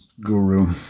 guru